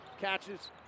Catches